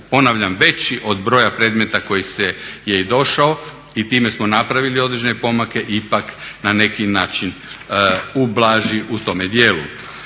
ponavljam veći od broja predmeta koji je i došao i time smo napravili određene ipak na neki način ublaži u tome dijelu.